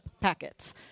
packets